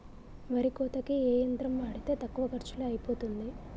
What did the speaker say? వరి కోతకి ఏ యంత్రం వాడితే తక్కువ ఖర్చులో అయిపోతుంది?